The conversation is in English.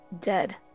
Dead